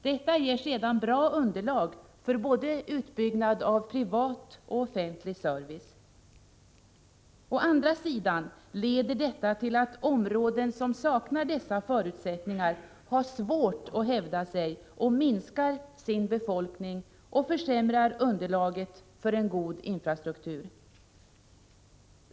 Detta ger sedan bra underlag för utbyggnad av både privat och offentlig service. Å andra sidan leder detta till att områden som saknar dessa förutsättningar har svårt att hävda sig, minskar sin befolkning och försämrar underlaget för en god infrastruktur.